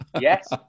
yes